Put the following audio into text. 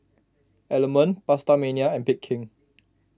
Element PastaMania and Bake King